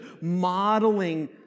modeling